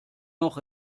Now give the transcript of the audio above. noch